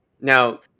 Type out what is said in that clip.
now